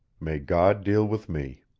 may god deal with me.